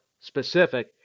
specific